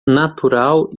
natural